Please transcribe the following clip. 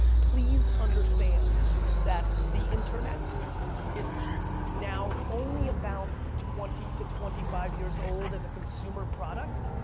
please understand that the internet is now only about twenty to twenty five years old as a consumer product,